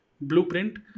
blueprint